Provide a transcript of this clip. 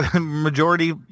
Majority